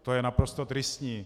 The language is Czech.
To je naprosto tristní.